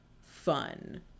fun